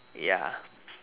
ya